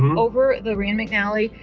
um over the rand mcnally.